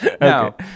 Now